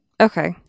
Okay